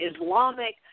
Islamic